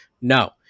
No